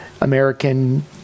American